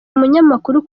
umunyamakuru